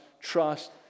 trust